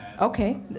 Okay